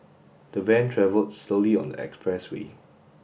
the van travelled slowly on the expressway